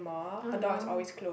I don't know